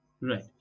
right